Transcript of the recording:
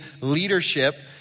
leadership